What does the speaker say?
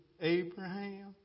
Abraham